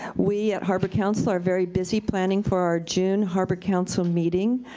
we at harbor council are very busy planning for our june harbor council meeting,